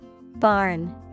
Barn